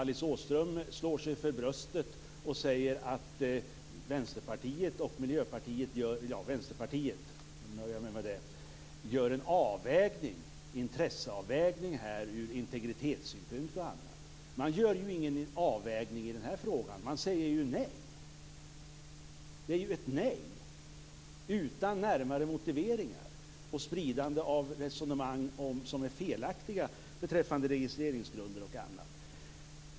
Alice Åström slår sig för bröstet och säger att Vänsterpartiet gör en intresseavvägning här ur integritetssynpunkt bl.a. Man gör ju ingen avvägning i den här frågan. Man säger ju nej. Det är ju ett nej utan närmare motiveringar. Man sprider resonemang som är felaktiga beträffande registreringsgrunder och annat.